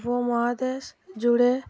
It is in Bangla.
উপমহাদেশ জুড়ে